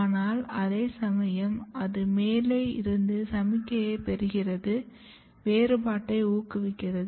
ஆனால் அதே சமயம் அது மேலே இருந்து சமிக்ஞையைப் பெறுகிறது வேறுபாட்டை ஊக்குவிக்கிறது